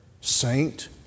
saint